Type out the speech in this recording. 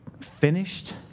finished